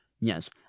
Yes